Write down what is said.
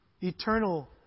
eternal